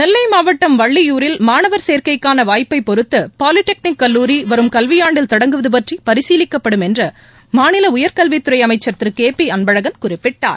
நெல்லை மாவட்டம்ட வள்ளியூரில் மாணவர் சேர்க்கைக்கான வாய்ப்பை பொருத்து பாலிடெக்னிக் கல்லூரி வரும் கல்வியாண்டில் தொடங்குவது பற்றி பரிசீலிக்கப்படும் என்று மாநில உயர்கல்வித் துறை அமைச்சர் திரு கே பி அன்பழகன் குறிப்பிட்டார்